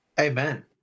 amen